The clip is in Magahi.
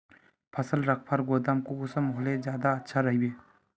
फसल रखवार गोदाम कुंसम होले ज्यादा अच्छा रहिबे?